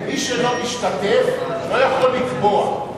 מי שלא משתתף לא יכול לקבוע.